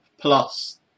plus